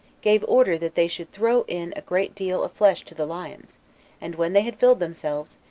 gave order that they should throw in a great deal of flesh to the lions and when they had filled themselves,